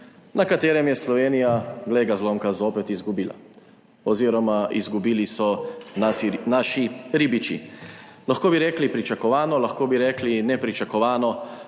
na katerem je Slovenija, glej ga zlomka, zopet izgubila oziroma izgubili so naši ribiči. Lahko bi rekli pričakovano, lahko bi rekli nepričakovano,